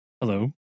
Hello